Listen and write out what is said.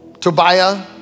Tobiah